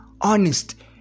honest